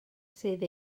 sydd